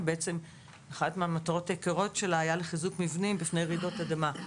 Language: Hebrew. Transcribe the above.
כאשר אחת המטרות העיקריות שלה היה חיזוק מבנים מפני רעידות אדמה.